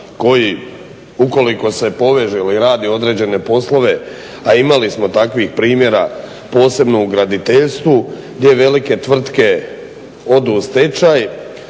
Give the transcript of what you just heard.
koji ukoliko se poveže ili radi određene poslove, a imali smo takvih primjera posebno u graditeljstvu gdje velike tvrtke odu u stečaj